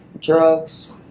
drugs